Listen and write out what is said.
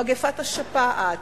מגפת השפעת,